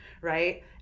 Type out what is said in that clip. right